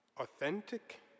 authentic